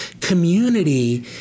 Community